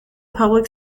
public